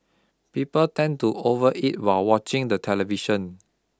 people tend to overeat while watching the television